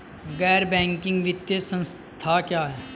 गैर बैंकिंग वित्तीय संस्था क्या है?